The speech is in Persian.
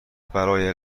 برای